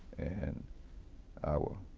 and our